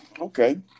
Okay